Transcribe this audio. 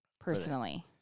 personally